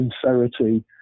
sincerity